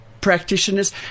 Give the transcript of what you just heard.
practitioners